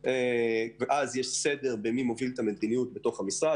כך יש סדר בהובלת המדיניות במשרד.